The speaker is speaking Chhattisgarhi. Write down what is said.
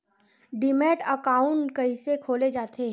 डीमैट अकाउंट कइसे खोले जाथे?